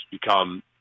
become –